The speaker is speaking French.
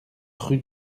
rue